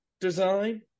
design